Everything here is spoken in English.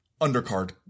undercard